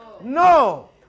No